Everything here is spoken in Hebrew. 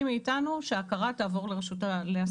מאיתנו שההכרה תעבור לרשות להסמכת מעבדות.